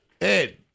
Ed